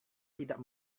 tidak